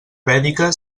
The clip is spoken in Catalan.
vèdica